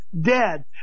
dead